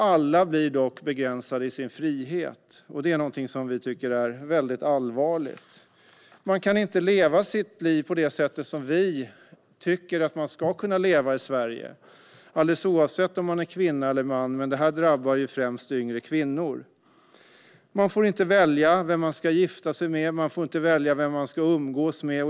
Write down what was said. Alla blir dock begränsade i sin frihet, och det är någonting som vi tycker är väldigt allvarligt. Man kan inte leva sitt liv på det sätt som vi tycker att man ska kunna leva i Sverige, alldeles oavsett om man är kvinna eller man. Det här drabbar dock främst yngre kvinnor. Man får inte välja vem man ska gifta sig med. Man får inte välja vem man ska umgås med.